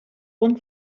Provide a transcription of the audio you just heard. bon